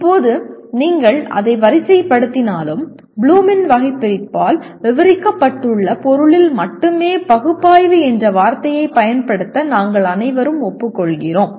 இப்போது நீங்கள் அதை வரிசைப்படுத்தினாலும் ப்ளூமின் வகைபிரிப்பால் விவரிக்கப்பட்டுள்ள பொருளில் மட்டுமே பகுப்பாய்வு என்ற வார்த்தையை பயன்படுத்த நாங்கள் அனைவரும் ஒப்புக்கொள்கிறோம்